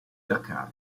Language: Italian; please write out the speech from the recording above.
dakar